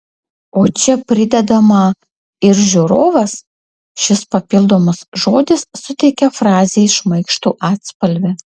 o čia pridedama ir žiūrovas šis papildomas žodis suteikia frazei šmaikštų atspalvį